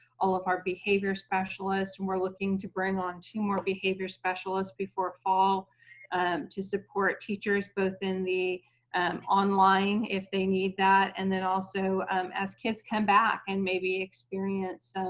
all of our behavior specialists. and we're looking to bring on two more behavior specialists before fall to support teachers, both in the and online, if they need that. and then also as kids come back and maybe experience